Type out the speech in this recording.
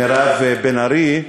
מירב בן ארי,